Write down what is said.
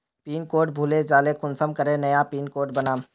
Pin code भूले जाले कुंसम करे नया पिन कोड बनाम?